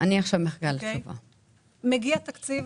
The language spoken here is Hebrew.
מגיע תקציב